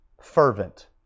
fervent